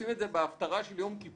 עושים את זה בהפטרה של יום כיפור.